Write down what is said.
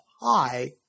High